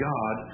God